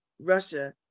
Russia